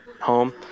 home